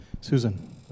Susan